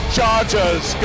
Chargers